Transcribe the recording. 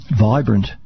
vibrant